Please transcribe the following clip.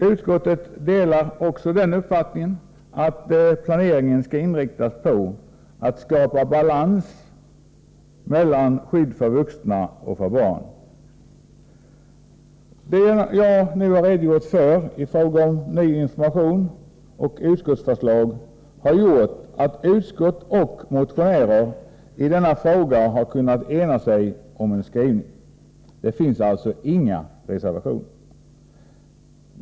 Utskottet delar uppfattningen att planeringen skall inriktas på att skapa balans mellan skydd för vuxna och skydd för barn. Det jag nu har redogjort för i fråga om ny information och utskottsförslag har gjort att utskott och motionärer i denna fråga har kunnat ena sig om en skrivning. Här finns alltså inga reservationer.